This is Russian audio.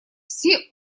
все